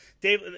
Dave